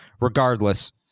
Regardless